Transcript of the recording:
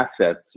assets